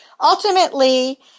ultimately